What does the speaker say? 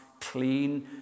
clean